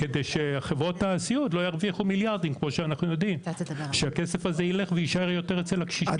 כדי שהן לא ירוויחו מיליארדים; שהכסף הזה יישאר אצל הקשישים.